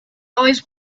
always